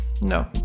no